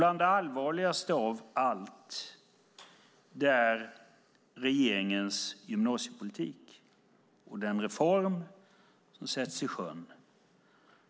Bland det allvarligaste av allt är regeringens gymnasiepolitik och den reform som satts i sjön.